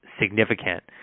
significant